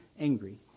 angry